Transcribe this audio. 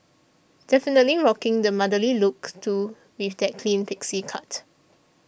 definitely rocking the motherly look too with that clean pixie cut